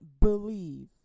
believe